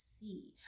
see